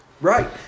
Right